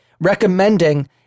recommending